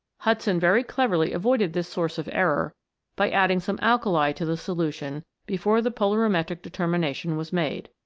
hudson very cleverlyavoided this source of error by adding some alkali to the solution before the polarimetric determination was made.